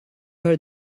her